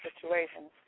situations